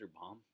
bomb